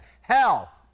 Hell